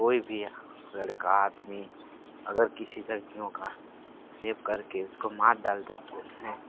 कोई भी लड़का आदमी अगर किसी लड़कि का रेप कर के उस को मार डालता है तो उन्हें